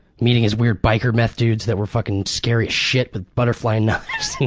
meeting his weird biker meth dudes that were fucking scary shit with butterfly knives.